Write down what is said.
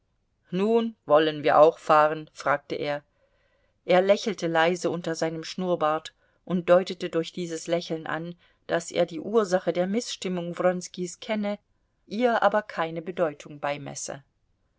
nun wollen wir auch fahren fragte er er lächelte leise unter seinem schnurrbart und deutete durch dieses lächeln an daß er die ursache der mißstimmung wronskis kenne ihr aber keine bedeutung beimesse